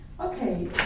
Okay